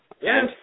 Yes